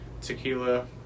Tequila